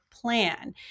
Plan